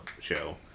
show